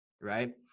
right